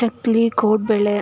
ಚಕ್ಕುಲಿ ಕೋಡುಬಳೆ